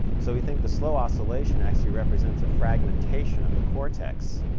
so we think the slow oscillation actually represents a fragmentation of the cortex,